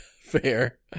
Fair